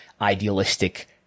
idealistic